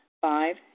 Five